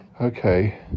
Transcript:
Okay